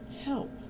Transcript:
help